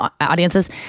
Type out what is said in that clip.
audiences